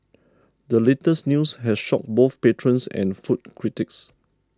the latest news has shocked both patrons and food critics